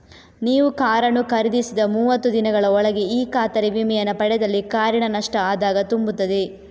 ನೀವು ಕಾರನ್ನು ಖರೀದಿಸಿದ ಮೂವತ್ತು ದಿನಗಳ ಒಳಗೆ ಈ ಖಾತರಿ ವಿಮೆಯನ್ನ ಪಡೆದಲ್ಲಿ ಕಾರಿನ ನಷ್ಟ ಆದಾಗ ತುಂಬುತ್ತದೆ